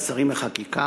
ועדת השרים לחקיקה,